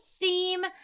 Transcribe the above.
theme